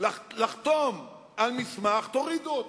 לחתום על מסמך: תורידו אותם.